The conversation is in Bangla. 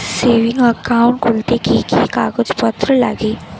সেভিংস একাউন্ট খুলতে কি কি কাগজপত্র লাগে?